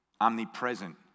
omnipresent